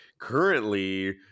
currently